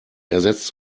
ersetzt